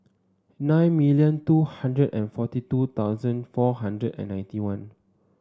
nine million two hundred and forty two thousand four hundred and ninety one